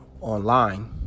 online